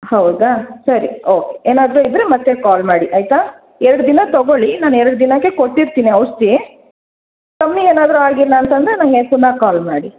ಹೌದಾ ಸರಿ ಓಕೆ ಏನಾದರೂ ಇದ್ದರೆ ಮತ್ತೆ ಕಾಲ್ ಮಾಡಿ ಆಯಿತಾ ಎರಡು ದಿನ ತಗೊಳ್ಳಿ ನಾನು ಎರಡು ದಿನಕ್ಕೆ ಕೊಟ್ಟಿರ್ತೀನಿ ಔಷಧಿ ಕಮ್ಮಿ ಏನಾದರೂ ಆಗಿಲ್ಲಾಂತಂದರೆ ನನಗೆ ಪುನಃ ಕಾಲ್ ಮಾಡಿ